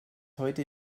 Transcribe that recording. heute